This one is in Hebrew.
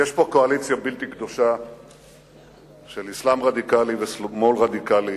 יש פה קואליציה בלתי קדושה של אסלאם רדיקלי ושמאל רדיקלי,